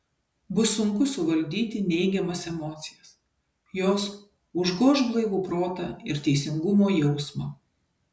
bus sunku suvaldyti neigiamas emocijas jos užgoš blaivų protą ir teisingumo jausmą